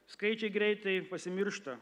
skaičiai greitai pasimiršta